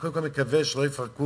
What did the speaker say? קודם כול, אני מקווה שלא יפרקו